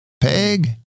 Peg